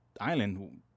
island